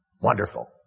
wonderful